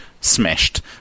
smashed